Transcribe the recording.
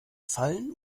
fallen